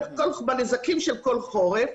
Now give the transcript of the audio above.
בנזקים של כל חורף,